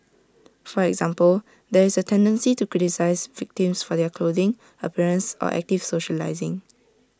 for example there is A tendency to criticise victims for their clothing appearance or active socialising